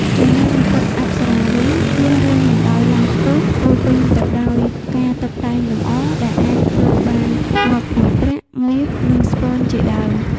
ចំណែកមកុដអប្សរាវិញ មានរាងបណ្តោយឡើងខ្ពស់ ពោរពេញទៅដោយការតុបតែងលំអ ដែលអាចធ្វើបានមកពី ប្រាក់ មាស និងស្ពាន់ជាដើម។